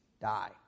die